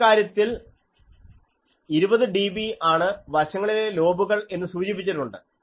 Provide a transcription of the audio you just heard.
ഈ കാര്യത്തിൽ 20dB ആണ് വശങ്ങളിലെ ലോബുകൾ എന്ന് സൂചിപ്പിച്ചിട്ടുണ്ട്